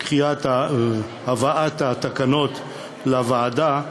הבאת התקנות לוועדה,